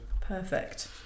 Perfect